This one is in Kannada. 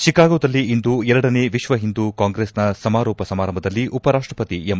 ಶಿಕಾಗೋದಲ್ಲಿಂದು ಎರಡನೇ ವಿಶ್ವಹಿಂದು ಕಾಂಗ್ರೆಸ್ನ ಸಮಾರೋಪ ಸಮಾರಂಭದಲ್ಲಿ ಉಪ ರಾಷ್ಷಪತಿ ಎಂ